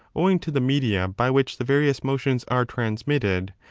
owing to the media, by which the various motions are transmitted,